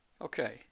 Okay